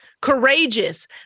courageous